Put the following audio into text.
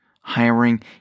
hiring